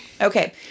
Okay